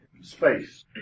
space